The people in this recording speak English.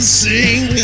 sing